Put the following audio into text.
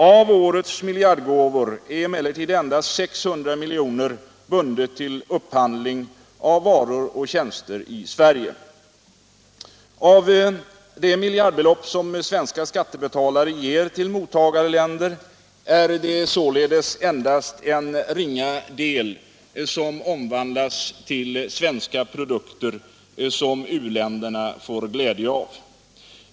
Av årets miljardgåvor är emellertid endast ett belopp på 600 miljoner bundet till upphandling av varor och tjänster i Sverige. Av det miljardbelopp som svenska skattebetalare ger till mottagarländer är det således endast en ringa del som omvandlas till svenska produkter som u-länderna får glädje av.